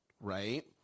Right